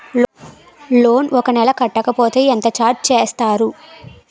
Loan ఒక నెల కట్టకపోతే ఎంత ఛార్జ్ చేస్తారు?